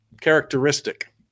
characteristic